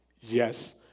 yes